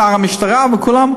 שר המשטרה וכולם,